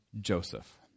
Joseph